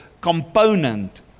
component